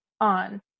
on